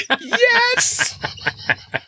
Yes